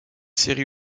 série